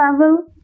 level